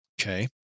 Okay